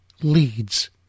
leads